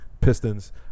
Pistons